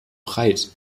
breit